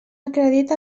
acredita